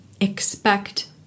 expect